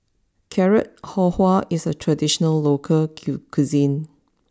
Carrot Halwa is a traditional local cuisine